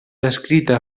descrita